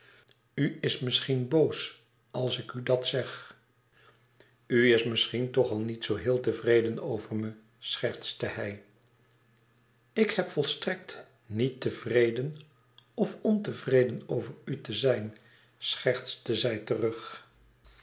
is misschien boos als ik u dat zeg u is misschien toch al niet zoo heel tevreden over me schertste hij ik heb volstrekt niet tevreden of ontevreden over u te zijn schertste zij terug